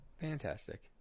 Fantastic